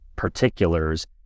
particulars